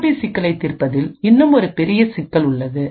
CRP சிக்கலைத் தீர்ப்பதில் இன்னும் ஒரு பெரிய சிக்கல் உள்ளது